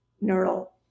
neural